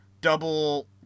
double